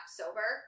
sober